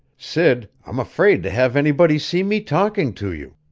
sid, i'm afraid to have anybody see me talking to you.